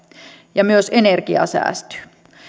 ja myös energiaa säästyy